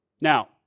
Now